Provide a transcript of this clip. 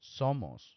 Somos